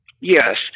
Yes